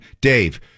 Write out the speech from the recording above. Dave